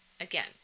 Again